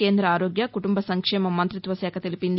కేంద ఆరోగ్య కుటుంబ సంక్షేమ మంతిత్వశాఖ తెలిపింది